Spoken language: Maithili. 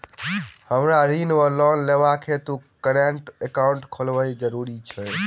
हमरा ऋण वा लोन लेबाक हेतु करेन्ट एकाउंट खोलेनैय जरूरी छै?